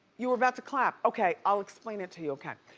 you were about to clap. okay, i'll explain it to you, okay.